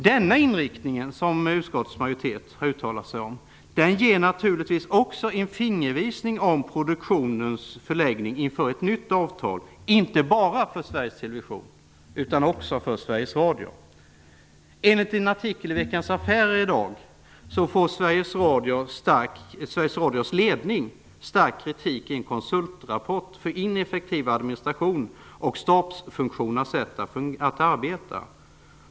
Denna inriktning, som utskottets majoritet har uttalat sig om, ger naturligtvis också en fingervisning om produktionens förläggning inför ett nytt avtal inte bara för Sveriges Television utan också för Sveriges Enligt en artikel i Veckans Affärer i dag får Sveriges Radios ledning stark kritik i en konsultrapport för ineffektiv administration och stabsfunktionernas sätt att arbeta.